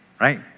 Right